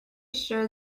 sure